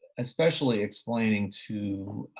especially explaining to